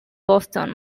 boston